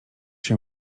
się